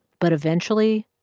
but eventually,